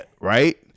right